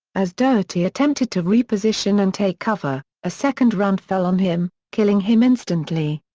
as doherty attempted to reposition and take cover, a second round fell on him, killing him instantly.